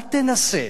אל תנסה